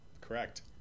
correct